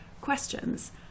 questions